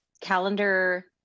calendar